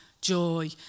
joy